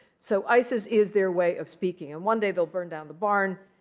so isis is their way of speaking. and one day they'll burn down the barn,